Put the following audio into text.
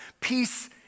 Peace